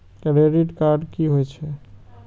Credit card की होई छै?